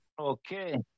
okay